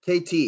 KT